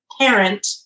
parent